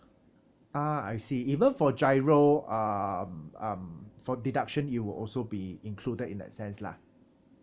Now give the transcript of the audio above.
ah I see even for GIRO um um for deduction it will also be included in that sense lah